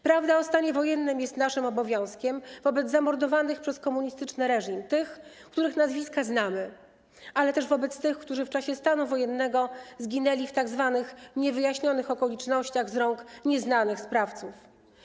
Prawda o stanie wojennym jest naszym obowiązkiem wobec zamordowanych przez komunistyczny reżim tych, których nazwiska znamy, ale też wobec tych, którzy w czasie stanie wojennego zginęli w tzw. niewyjaśnionych okolicznościach z rąk nieznanych sprawców.